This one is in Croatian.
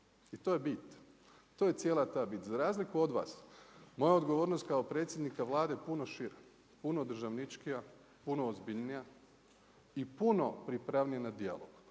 I to je bit, to je cijela ta bit. Za razliku od vas, moja odgovornost kao predsjednika Vlade puno šira, puno državničkija, puno ozbiljnija i puno pripravnija na djelo,